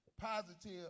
Positive